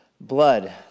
blood